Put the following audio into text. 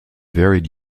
varied